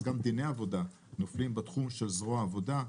אז גם דיני עבודה נופלים בתחום של זרוע עבודה.